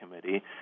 committee